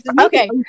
Okay